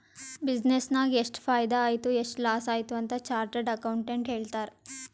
business ನಾಗ್ ಎಷ್ಟ ಫೈದಾ ಆಯ್ತು ಎಷ್ಟ ಲಾಸ್ ಆಯ್ತು ಅಂತ್ ಚಾರ್ಟರ್ಡ್ ಅಕೌಂಟೆಂಟ್ ಹೇಳ್ತಾರ್